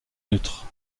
neutres